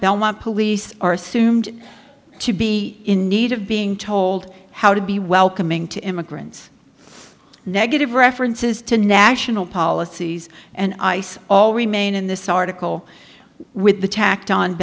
belmont police are assumed to be in need of being told how to be welcoming to immigrants negative references to national policies and ice all remain in this article with the tacked on